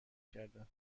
کردن